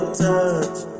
touch